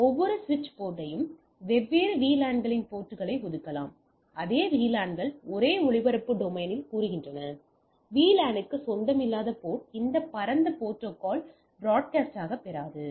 ஒவ்வொரு சுவிட்ச் போர்ட்டையும் வெவ்வேறு VLAN களின் போர்ட்களை ஒதுக்கலாம் அதே VLAN கள் ஒரே ஒளிபரப்பு டொமைனில் கூறுகின்றன VLAN க்கு சொந்தமில்லாத போர்ட் இந்த பரந்த ப்ரோட்காஸ்ட் பெறாது